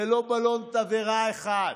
ללא בלון תבערה אחד.